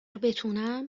بتونم